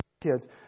kids